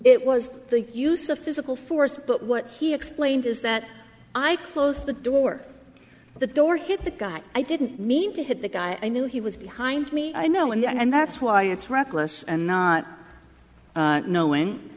it was the use of physical force but what he explained is that i closed the door the door hit the guy i didn't mean to hit the guy i knew he was behind me i know and that's why it's reckless and not knowing